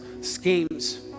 schemes